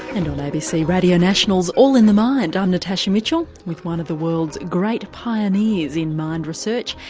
and on abc radio national's all in the mind, i'm natasha mitchell with one of the world's great pioneers in mind research,